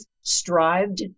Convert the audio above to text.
strived